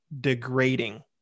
degrading